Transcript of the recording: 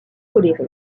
toléré